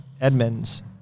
Edmonds